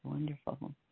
Wonderful